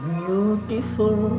beautiful